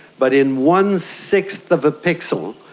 but in one-sixth of a pixel,